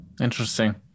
interesting